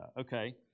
okay